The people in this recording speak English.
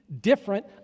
different